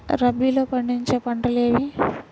రబీలో పండించే పంటలు ఏవి?